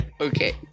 Okay